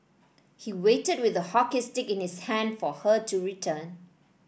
he waited with a hockey stick in his hand for her to return